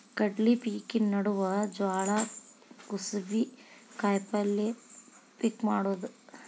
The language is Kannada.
ಕಡ್ಲಿ ಪಿಕಿನ ನಡುವ ಜ್ವಾಳಾ, ಕುಸಿಬಿ, ಕಾಯಪಲ್ಯ ಪಿಕ್ ಮಾಡುದ